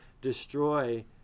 destroy